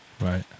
Right